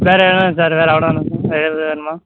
வேறு என்னென்ன சார் வேற அவ்ளோ தானா சார் வேறு ஏதாவது வேணுமா